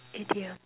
idiom